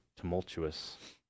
tumultuous